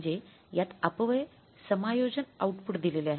म्हणजे यात अपव्यय समायोजन आउटपुट दिलेले आहे